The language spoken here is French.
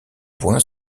point